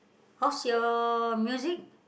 what's your music